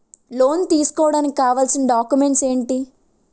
Loan తీసుకోడానికి కావాల్సిన documents ఎంటి?